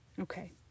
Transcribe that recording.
Okay